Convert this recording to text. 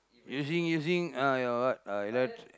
using using uh your what uh electric